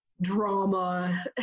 drama